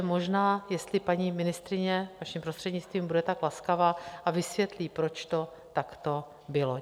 Takže možná, jestli paní ministryně, vaším prostřednictvím, bude tak laskava, a vysvětlí, proč to takto bylo.